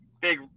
big